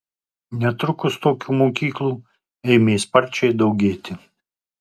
netrukus tokių mokyklų ėmė sparčiai daugėti